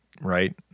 right